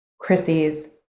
Chrissy's